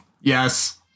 Yes